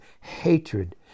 hatred